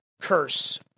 Curse